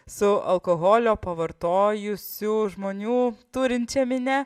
su alkoholio pavartojusių žmonių turinčia minia